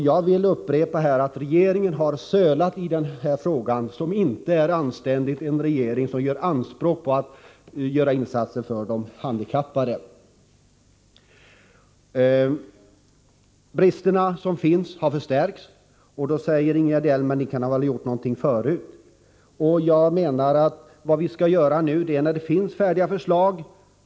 Jag vill upprepa att regeringen har sölat i den här frågan på ett sätt som inte är anständigt för en regering som gör anspråk på att göra insatser för de handikappade. De brister som finns har förstärkts. Då säger Ingegerd Elm: Ni kunde väl ha gjort någonting förut. Jag menar att vi skall handla nu när det finns färdiga förslag.